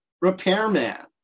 repairman